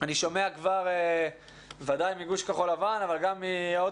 אני שומע ודאי מגוש כחול לבן אבל מעוד